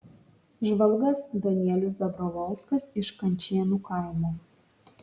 žvalgas danielius dabrovolskas iš kančėnų kaimo